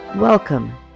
Welcome